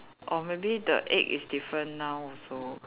or maybe the egg is different now also